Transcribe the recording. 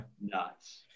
nuts